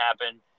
happen